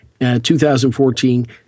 2014